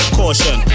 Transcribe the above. caution